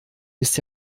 ist